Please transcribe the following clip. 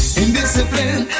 indiscipline